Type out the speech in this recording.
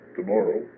Tomorrow